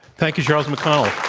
thank you, charles mcconnell.